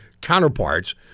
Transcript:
counterparts